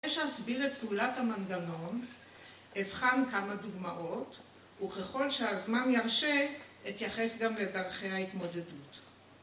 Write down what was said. לפני שאסביר את פעולת המנגנון, אבחן כמה דוגמאות, וככל שהזמן ירשה, אתייחס גם לדרכי ההתמודדות.